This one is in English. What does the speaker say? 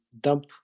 dump